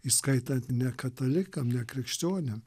įskaitant ne katalikam ne krikščioniam